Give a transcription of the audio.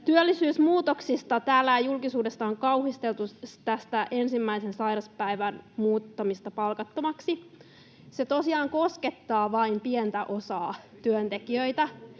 Työllisyysmuutoksista julkisuudessa on kauhisteltu ensimmäisen sairaspäivän muuttamista palkattomaksi. Se tosiaan koskettaa vain pientä osaa työntekijöistä,